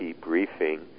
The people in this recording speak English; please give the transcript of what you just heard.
Briefing